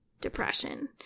depression